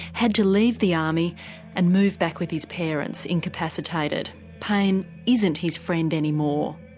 had to leave the army and move back with his parents, incapacitated. pain isn't his friend anymore.